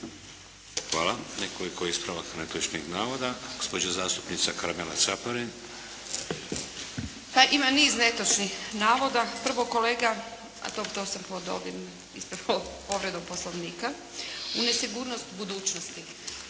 Hvala. Nekoliko ispravaka netočnih navoda. Gospođa zastupnica Karmela Caparin. **Caparin, Karmela (HDZ)** Pa ima niz netočnih navoda. Prvo kolega, a dobro to sam pod ovim, ispred povrede Poslovnika u nesigurnost budućnosti.